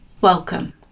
welcome